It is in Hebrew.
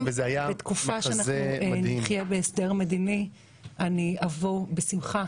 כשנחיה בתקופה של הסדר מדיני אבוא בשמחה